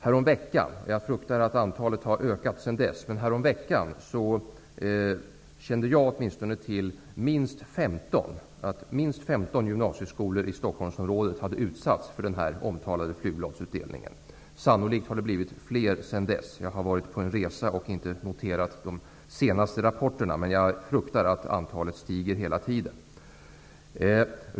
Häromveckan vet jag att minst 15 gymnasieskolor i Stockholmsområdet hade utsatts för den här omtalade flygbladsutdelningen. Sannolikt har det blivit fler sedan dess. Jag har varit ute på en resa och inte noterat de senaste rapporterna, men jag fruktar att antalet stiger hela tiden.